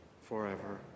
forever